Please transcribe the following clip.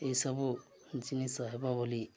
ଏଇସବୁ ଜିନିଷ ହେବ ବୋଲି